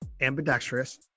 Ambidextrous